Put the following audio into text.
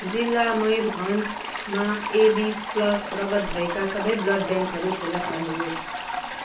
जिल्ला मयुरभञ्जमा A B plus रगत भएका सबै ब्लड ब्याङ्कहरू फेला पार्नुहोस्